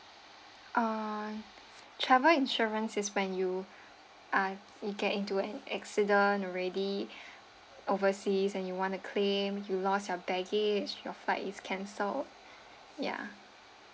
uh travel insurance is when you uh you get into an accident already overseas and you want to claim you lost your baggage your flight is cancelled ya